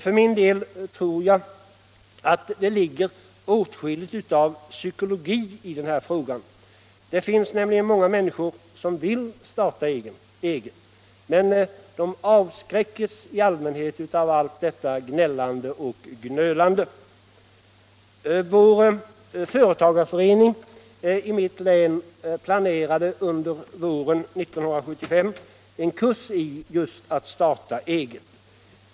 För min del tror jag att det ligger åtskilligt av psykologi i denna fråga. Det finns nämligen många människor som vill starta eget men som avskräcks av allt detta gnölande och gnällande. Företagareföreningen i mitt län planerade under våren 1975 en kurs just i att starta eget.